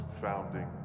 founding